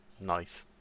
Nice